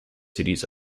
cities